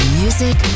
music